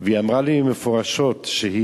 והיא אמרה לי מפורשות שהיא